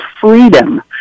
freedom